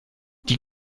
die